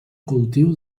cultiu